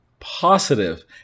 positive